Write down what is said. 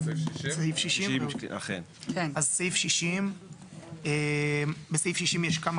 סעיף 60. סעיף 60. בסעיף 60יש כמה